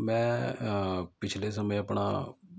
ਮੈਂ ਪਿਛਲੇ ਸਮੇਂ ਆਪਣਾ